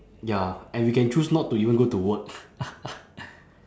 ya and we can choose not to even go to work